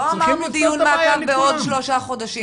לא אמרנו דיון מעקב בעוד שלושה חודשים.